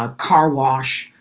ah car wash.